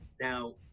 Now